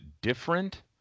different